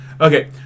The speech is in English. Okay